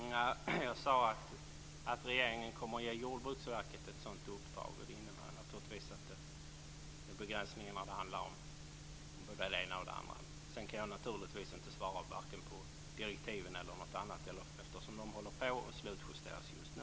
Fru talman! Jag sade att regeringen kommer att ge Jordbruksverket ett sådant uppdrag, och det innebär naturligtvis att det är en begränsning av vad det handlar om vad gäller både det ena och det andra. Sedan kan jag naturligtvis inte svara varken på frågor om direktiv eller något annat, eftersom de håller på att slutjusteras just nu.